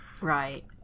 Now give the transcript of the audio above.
Right